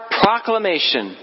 proclamation，